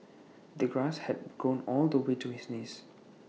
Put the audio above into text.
the grass had grown all the way to his knees